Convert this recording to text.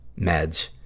meds